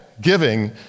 giving